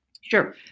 Sure